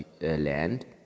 land